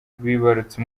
bibarutse